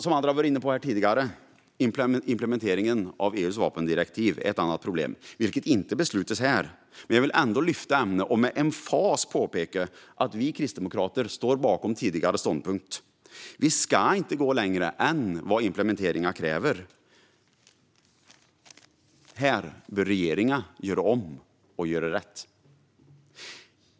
Som andra har varit inne på tidigare är implementeringen av EU:s vapendirektiv ett annat problem - något som det inte beslutas om här. Men jag vill ändå lyfta ämnet och med emfas påpeka att vi kristdemokrater står bakom vår tidigare ståndpunkt. Vi ska inte gå längre i implementeringen än vad som krävs. Här bör regeringen göra om och göra rätt.